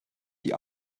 die